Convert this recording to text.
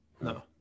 No